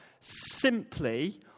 simply